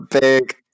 big